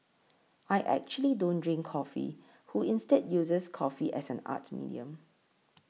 I actually don't drink coffee who instead uses coffee as an art medium